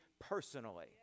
personally